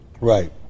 Right